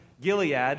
Gilead